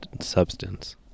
substance